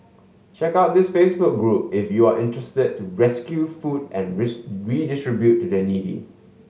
check out this Facebook group if you are interested to rescue food and redistribute to the needy